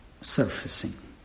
surfacing